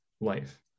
life